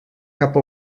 cap